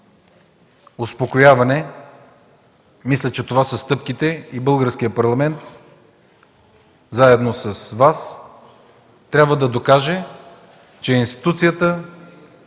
успокояване. Мисля, че това са стъпките и Българският парламент заедно с Вас трябва да докаже, че е институцията,